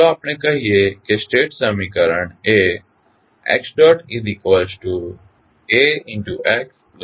તો ચાલો આપણે કહીએ કે સ્ટેટ સમીકરણ એ xAxBu છે